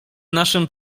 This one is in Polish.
naszym